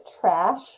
trash